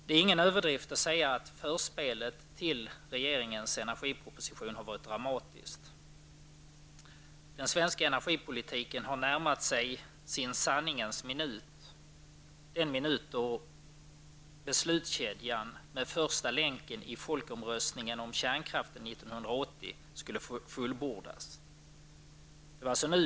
Det är ingen överdrift att säga att förspelet till regeringens energiproposition har varit dramatiskt. Den svenska energipolitiken har närmat sig sanningens minut, då beslutskedjan med första länken i folkomröstningen om kärnkraften 1980 skulle fullbordas.